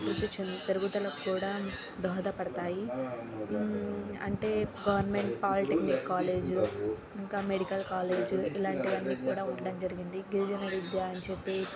అభివృద్ధి చెంది పెరుగుదలకు కూడా దోహద పడుతాయి అంటే గవర్నమెంట్ పాలిటెక్నిక్ కాలేజు ఇంకా మెడికల్ కాలేజు ఇలాంటివి అన్నీ కూడా ఉండడం జరిగింది గిరిజన విద్యా అని చెప్పీ